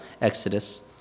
exodus